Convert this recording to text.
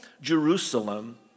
Jerusalem